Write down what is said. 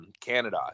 Canada